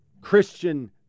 Christian